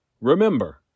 Remember